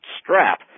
strap